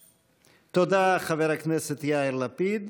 תודה, חבר הכנסת יאיר לפיד.